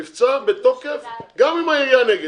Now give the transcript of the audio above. המבצע בתוקף גם אם התאגיד נגד,